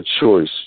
choice